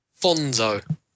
Fonzo